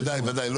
וודאי וודאי,